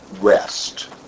rest